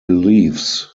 beliefs